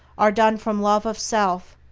are done from love of self,